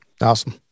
Awesome